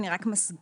אני רק מזכירה,